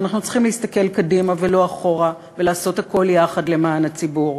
ואנחנו צריכים להסתכל קדימה ולא אחורה ולעשות הכול יחד למען הציבור,